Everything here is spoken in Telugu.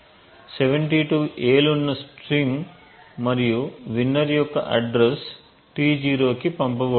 72 A లున్న స్ట్రింగ్ మరియు winner యొక్క అడ్రస్ T0 కి పంపబడుతుంది